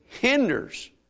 hinders